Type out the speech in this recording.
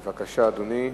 בבקשה, אדוני.